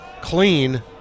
clean